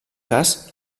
cas